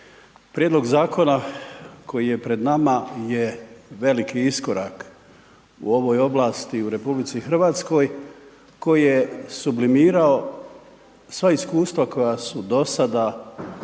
Prijedlog zakona koji je pred nama je veliki iskorak u ovoj oblasti u Republici Hrvatskoj koji je sublimirao sva iskustva koja su do sada stečena